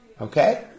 Okay